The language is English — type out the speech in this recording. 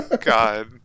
God